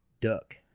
duck